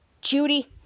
Judy